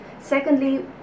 Secondly